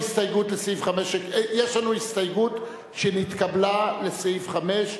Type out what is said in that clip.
יש לנו הסתייגות שנתקבלה לסעיף 5,